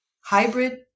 hybrid